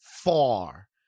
far